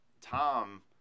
Tom